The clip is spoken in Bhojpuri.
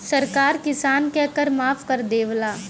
सरकार किसान क कर माफ कर देवला